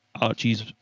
Archie's